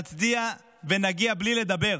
נצדיע ונגיע בלי לדבר,